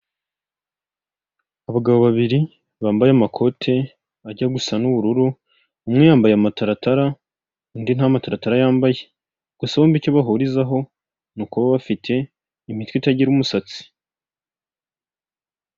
Abagore benshi n'abagabo benshi bicaye ku ntebe bari mu nama batumbiriye imbere yabo bafite amazi yo kunywa ndetse n'ibindi bintu byo kunywa imbere yabo hari amamashini ndetse hari n'indangururamajwi zibafasha kumvikana.